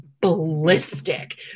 ballistic